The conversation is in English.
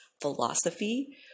philosophy